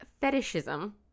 fetishism